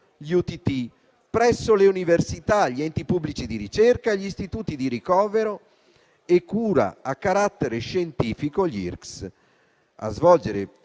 (UTT), presso le università, gli enti pubblici di ricerca e gli Istituti di ricovero e cura a carattere scientifico (IRCCS),